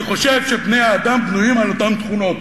אני חושב שבני-אדם בנויים על אותן תכונות,